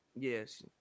Yes